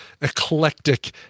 eclectic